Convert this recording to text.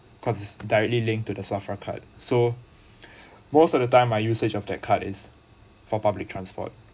cause directly linked to the safra card so most of the time my usage of that card is for public transport